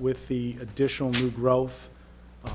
with the additional growth